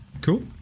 cool